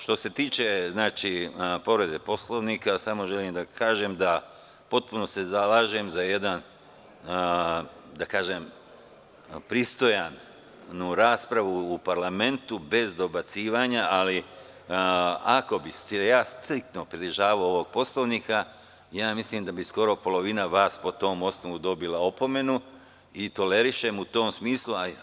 Što se tiče povrede Poslovnika samo želim da kažem da se potpuno zalažem za jednu pristojnu raspravu u parlamentu bez dobacivanja, ali ako bi se striktno pridržavao Poslovnika, mislim da bi skoro polovina po tom osnovu dobila opomenu i tolerišem u tom smislu.